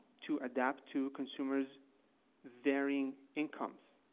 to adapt to consumers' varying incomes.